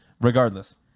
regardless